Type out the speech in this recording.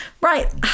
right